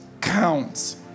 counts